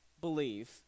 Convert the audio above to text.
believe